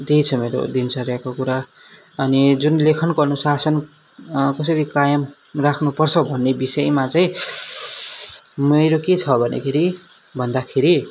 त्यही छ मेरो दिनचर्याको कुरा अनि जुन लेखनको अनुसार कसरी कायम राख्नुपर्छ भन्ने विषयमा चाहिँ मेरो के छ भनेखेरि भन्दाखेरि